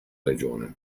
regione